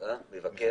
למעשה